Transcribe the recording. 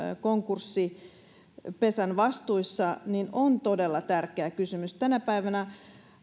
konkurssipesän vastuissa on todella tärkeä kysymys tänä päivänä